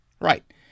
Right